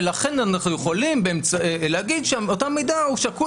ולכן אנחנו יכולים להגיד שאותו מידע שקול